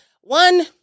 One